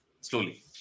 slowly